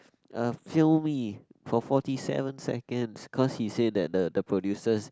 uh film me for forty seven seconds cause he say that the the producers